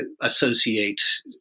associate